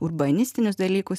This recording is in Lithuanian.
urbanistinius dalykus